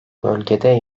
bölgede